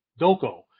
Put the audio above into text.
doko